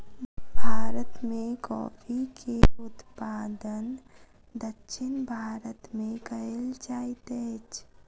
भारत में कॉफ़ी के उत्पादन दक्षिण भारत में कएल जाइत अछि